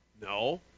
No